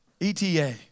ETA